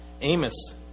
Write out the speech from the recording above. Amos